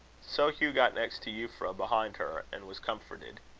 so hugh got next to euphra, behind her, and was comforted.